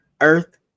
earth